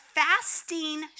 fasting